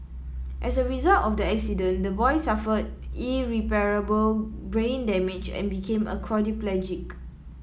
as a result of the accident the boy suffered irreparable brain damage and became a quadriplegic